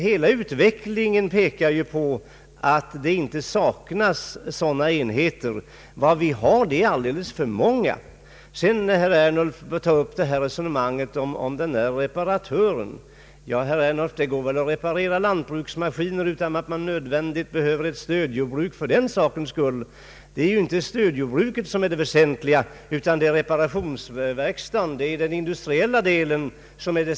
Hela utvecklingen pekar på att det inte saknas sådana enheter — det finns alldeles för många. Beträffande herr Ernulfs resonemang om reparatören vill jag säga att det går väl att reparera lantbruksmaskiner utan att vederbörande behöver ha ett stödjordbruk vid sidan om. Det är inte stödjordbruket som är det väsentliga, utan det är reparationsverkstaden, den industriella delen.